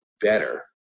better